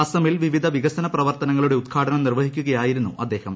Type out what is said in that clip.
അസമിൽ വിവിധ വികസന പ്രവർത്തനങ്ങളുടെ ഉദ്ഘാടനം നിർവ്വഹിക്കുകയായിരുന്നു അദ്ദേഹം